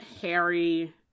Harry